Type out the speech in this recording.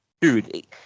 Dude